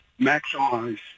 maximize